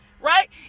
Right